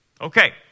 Okay